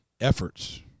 efforts